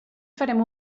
farem